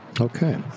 Okay